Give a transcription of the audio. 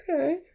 okay